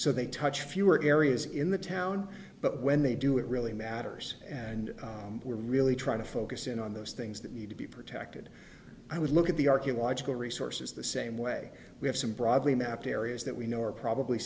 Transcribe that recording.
so they touch fewer areas in the town but when they do it really matters and we're really trying to focus in on those things that need to be protected i would look at the archaeological resources the same way we have some broadly mapped areas that we know are probably